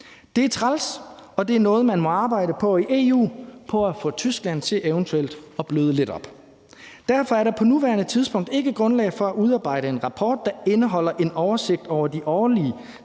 Det er træls, og det er noget, hvor man i EU må arbejde på at få Tyskland til eventuelt at bløde lidt op. Derfor er der på nuværende tidspunkt ikke grundlag for at udarbejde en rapport, der indeholder en oversigt over de årlige